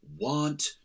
want